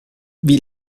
wie